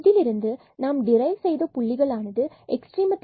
இதிலிருந்து நாம் டிரைவ் செய்த புள்ளிகள் எக்ஸ்ட்ரீமம்